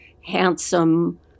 handsome